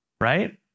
Right